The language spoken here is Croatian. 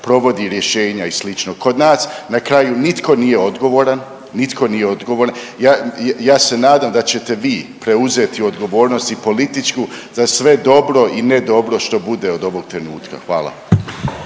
provodi rješenja i slično. Kod nas na kraju nitko nije odgovoran, nitko nije odgovoran. Ja se nadam da ćete vi preuzeti odgovornost i političku za sve dobro i nedobro što bude od ovog trenutka. Hvala.